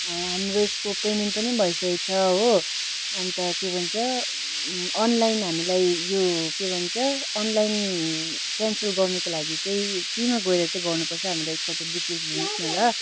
हाम्रो यसको पेमेन्ट पनि भइसकेको छ हो अन्त के भन्छ अनलाइन हामीलाई यो के भन्छ अनलाइन क्यान्सल गर्नुको लागि चाहिँ केमा गएर चाहिँ गर्नु पर्छ हामीलाई एक पल्ट डिटेल्स दिनु होस् न ल